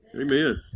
Amen